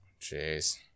Jeez